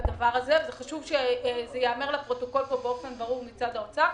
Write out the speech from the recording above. בדבר הזה וחשוב שזה ייאמר לפרוטוקול באופן ברור מצד האוצר.